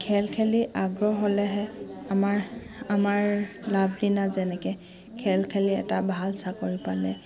খেল খেলি আগ্ৰহ হ'লেহে আমাৰ আমাৰ লাভলীনা যেনেকৈ খেল খেলি এটা ভাল চাকৰি পালে